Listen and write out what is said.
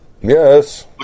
Yes